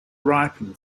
ripen